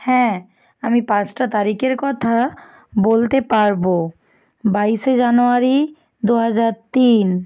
হ্যাঁ আমি পাঁচটা তারিখের কথা বলতে পারব বাইশে জানুয়ারি দু হাজার তিন